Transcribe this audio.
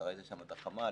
אתה ראית שם את החמ"ל.